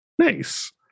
Nice